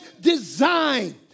design